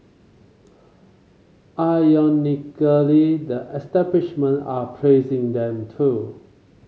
ironically the establishment are praising them too